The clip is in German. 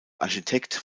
architekt